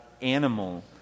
animal